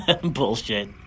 Bullshit